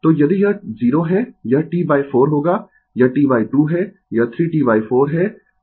Refer Slide Time 2345 तो यदि यह 0 है यह T 4 होगा यह T 2 है यह 3 T 4 है और यह T है